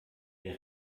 der